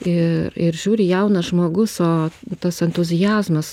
ir ir žiūri jaunas žmogus o tas entuziazmas